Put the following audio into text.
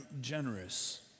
generous